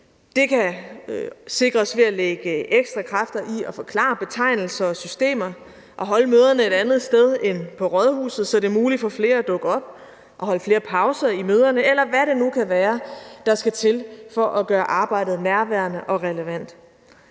Det kan sikres ved at lægge ekstra kræfter i at forklare betegnelser og systemer og holde møderne et andet sted end på rådhuset, så det er muligt for flere at dukke op, og holde flere pauser i møderne, eller hvad det nu kan være, der skal til for at gøre arbejdet nærværende og relevant.